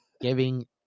giving